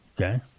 Okay